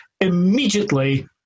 immediately